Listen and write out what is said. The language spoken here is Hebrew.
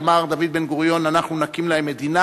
אמר דוד בן-גוריון: אנחנו נקים להם מדינה